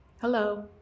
Hello